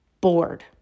bored